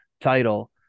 title